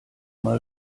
mal